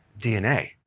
DNA